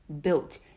built